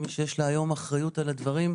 כמי שיש לה היום אחריות על הדברים,